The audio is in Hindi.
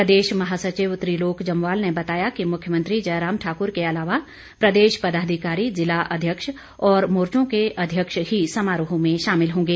प्रदेश महासचिव त्रिलोक जम्वाल ने बताया कि मुख्यमंत्री जयराम ठाकुर के अलावा प्रदेश पदाधिकारी जिला अध्यक्ष और मोर्चो के अध्यक्ष ही समारोह में शामिल होंगे